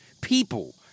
people